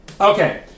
Okay